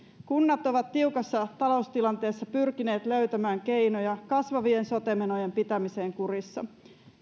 kunnat ovat tiukassa taloustilanteessa pyrkineet löytämään keinoja kasvavien sote menojen pitämiseen kurissa